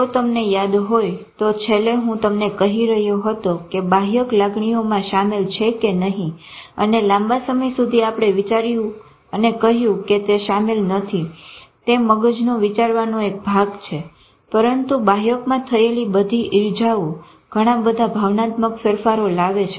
જો તમને યાદ હોય તો છેલ્લે હું તમને કહી રહ્યો હતો કે બાહ્યક લાગણીઓમાં સામેલ છે કે નહી અને લાંબા સમય સુધી આપણે વિચાર્યું કે તે સામેલ નથી તે મગજનો વિચારવાનો એક ભાગ છે પરંતુ બાહ્યકમાં થયેલી બધી ઈર્જાઓ ઘણા બધા ભાવનાત્મક ફેરફારો લાવે છે